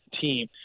Team